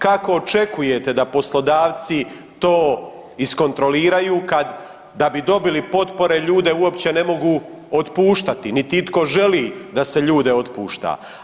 Kako očekujete da poslodavci to iskontroliraju kad, da bi dobili potpore ljude uopće ne mogu otpuštati niti itko želi da se ljude otpušta?